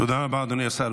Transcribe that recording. תודה רבה, אדוני השר.